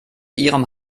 ihrem